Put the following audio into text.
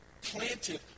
planted